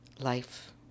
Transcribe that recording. life